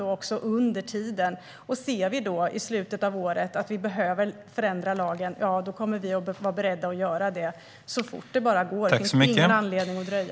Om vi i slutet av året ser att vi behöver förändra lagen kommer vi att vara beredda att göra det så fort det bara går. Det finns ingen anledning att dröja.